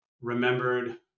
remembered